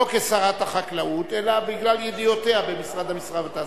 לא כשרת החקלאות אלא בגלל ידיעותיה במשרד המסחר והתעשייה.